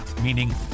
meaning